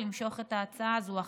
למשוך את ההצעה הזו.